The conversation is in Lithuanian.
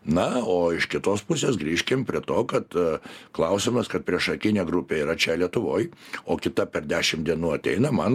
na o iš kitos pusės grįžkim prie to kad klausimas kad priešakinė grupė yra čia lietuvoj o kita per dešim dienų ateina man